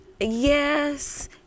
Yes